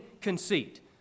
conceit